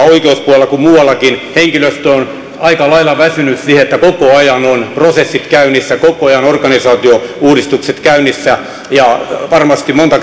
oikeuspuolella kuin muuallakin henkilöstö on aika lailla väsynyt siihen että koko ajan on prosessit käynnissä koko ajan organisaatiouudistukset käynnissä varmasti monta